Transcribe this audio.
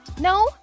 No